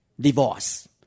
Divorce